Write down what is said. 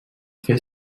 fer